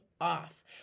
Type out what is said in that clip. off